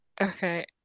Okay